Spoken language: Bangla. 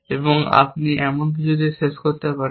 এবং আপনি এমন কিছু দিয়ে শেষ করতে পারেন